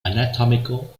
anatomical